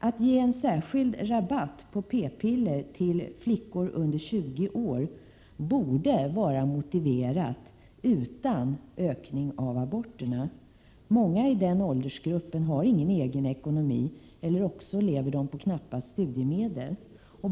| Att ge en särskild rabatt på p-piller till flickor under 20 år borde vara | motiverat utan att en ökning av antalet aborter sker. Många i den åldersgruppen har ingen egen ekonomi eller också lever de på knappa studiemedel.